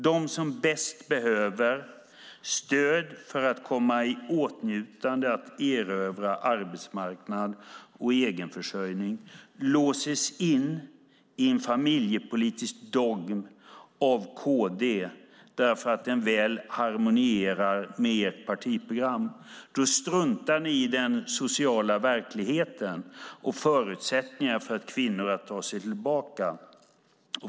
De som bäst behöver stöd för att komma i åtnjutande av att erövra arbetsmarknad och egenförsörjning låses in i en familjepolitisk dogm av KD, därför att den väl harmonierar med ert partiprogram. Då struntar ni i den sociala verkligheten och förutsättningarna för kvinnor att ta sig tillbaka.